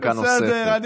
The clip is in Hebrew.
דקה נוספת.